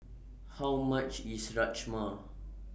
How much IS Rajma